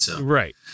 Right